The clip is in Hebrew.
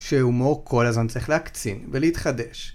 שהומור כל הזמן צריך להקצין ולהתחדש